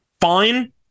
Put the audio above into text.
fine